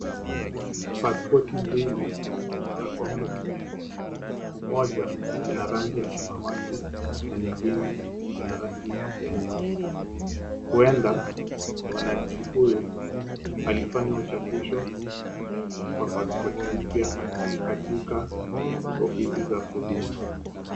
Pasipoti mbili zimewekwa kwenye meza. Moja ina rangi ya samawati na nyingine ina rangi ya nyeusi. Huenda mwananchi huyu alifanya uchapisho wa pasipoti mpya katika ofisi za huduma.